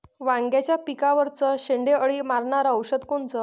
वांग्याच्या पिकावरचं शेंडे अळी मारनारं औषध कोनचं?